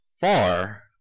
far